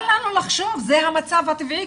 אל לנו לחשוב שזה המצב הטבעי,